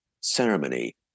ceremony